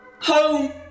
Home